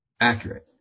accurate